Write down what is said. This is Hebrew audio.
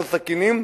לא סכינים,